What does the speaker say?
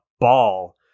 ball